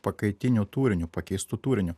pakaitiniu turiniu pakeistu turiniu